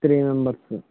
three members